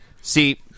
see